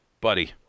buddy